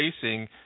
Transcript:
facing